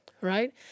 right